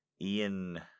Ian